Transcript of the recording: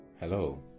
Hello